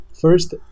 first